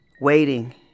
waiting